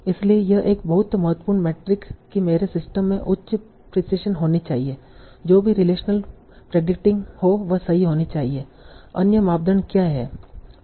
इसलिए यह एक बहुत महत्वपूर्ण मेट्रिक कि मेरे सिस्टम में उच्च प्रिसिशन होनी चाहिए जो भी रिलेशनल प्रेडिकटिंग हो वह सही होनी चाहिए अन्य मापदंड क्या हैं